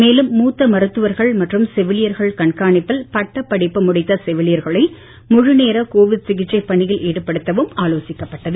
மேலும் மூத்த மருத்துவர்கள் மற்றும் செவிலியர்கள் கண்காணிப்பில் பட்டப்படிப்பு முடித்த செவிலியர்களை முழுநேர கோவிட் சிகிச்சை பணியில் ஈடுபடுத்தவும் ஆலோசிக்கப்பட்டது